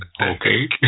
okay